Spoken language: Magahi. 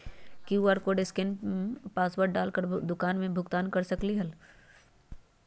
कियु.आर कोड स्केन पासवर्ड डाल कर दुकान में भुगतान कर सकलीहल?